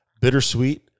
Bittersweet